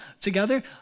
together